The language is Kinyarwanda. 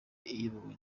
iyobowe